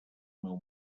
meu